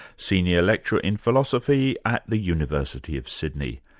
senior lecturer in philosophy at the university of sydney.